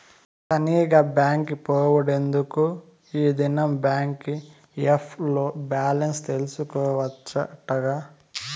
తనీగా బాంకి పోవుడెందుకూ, ఈ దినం బాంకీ ఏప్ ల్లో బాలెన్స్ తెల్సుకోవచ్చటగా